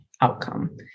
outcome